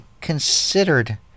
considered